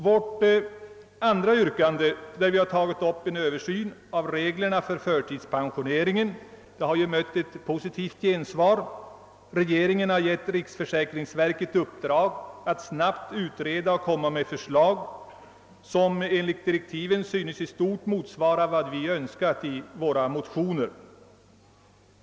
Vårt andra yrkande om en översyn av reglerna för förtidspensioneringen har mött positivt gensvar. Regeringen har gett riksförsäkringsverket i uppdrag att snabbt utreda och komma med förslag, och utredningsdirektiven synes i stort motsvara de i motionerna framförda önskemålen.